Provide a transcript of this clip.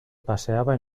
paseaba